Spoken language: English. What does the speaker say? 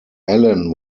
alan